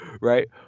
right